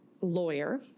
lawyer